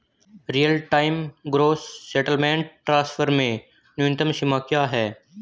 Real time gross settlement transfer में न्यूनतम सीमा क्या है?